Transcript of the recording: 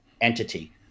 entity